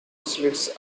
slits